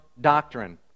doctrine